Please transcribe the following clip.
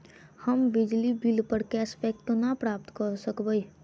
हम्मे बिजली बिल प कैशबैक केना प्राप्त करऽ सकबै?